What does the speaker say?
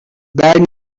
bad